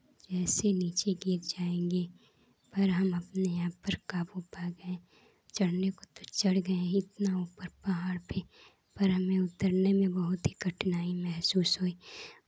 जैसे नीचे गिर जाएंगे पर हम अपने आप पर काबू पा गए चढ़ने को तो चढ़ गए इतना ऊपर पहाड़ पे पर हमें उतरने में बहुत ही कठिनाई महसूस हुई